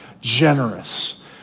generous